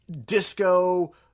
disco